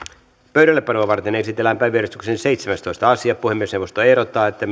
pöydällepanoa varten esitellään päiväjärjestyksen seitsemästoista asia puhemiesneuvosto ehdottaa että